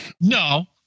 No